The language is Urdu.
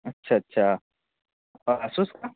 اچھا اچھا اور اسوس کا